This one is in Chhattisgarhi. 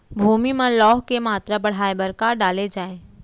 भूमि मा लौह के मात्रा बढ़ाये बर का डाले जाये?